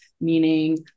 meaning